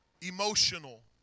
emotional